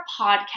podcast